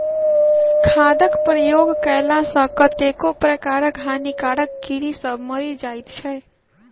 खादक प्रयोग कएला सॅ कतेको प्रकारक हानिकारक कीड़ी सभ मरि जाइत छै